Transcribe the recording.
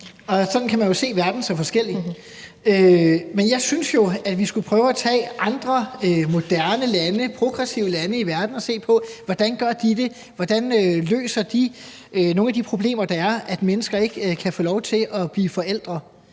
sådan kan man jo se verden så forskelligt. Men jeg synes jo, at vi skulle prøve at tage andre moderne lande, progressive lande, i verden og se på, hvordan de gør det, hvordan de løser nogle af de problemer, der er med, at mennesker ikke kan få lov til at blive forældre.